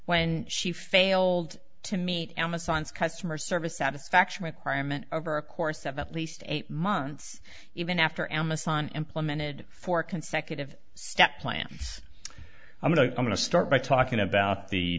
when she failed to meet amazon's customer service satisfaction requirement over a course of at least eight months even after amazon implemented four consecutive step plan i'm going to start by talking about the